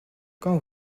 quand